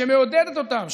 שמעודדת אותם,